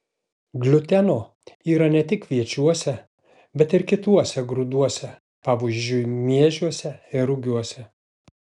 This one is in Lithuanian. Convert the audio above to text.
gliuteno yra ne tik kviečiuose bet ir kituose grūduose pavyzdžiui miežiuose ir rugiuose